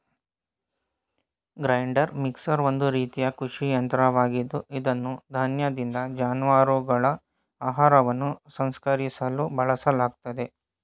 grinder mixer ಒಂದು ರೀತಿಯ ಕೃಷಿ ಯಂತ್ರವಾಗಿದ್ದು ಇದನ್ನು ಧಾನ್ಯದಿಂದ ಜಾನುವಾರುಗಳ ಆಹಾರವನ್ನು ಸಂಸ್ಕರಿಸಲು ಬಳಸಲಾಗ್ತದೆ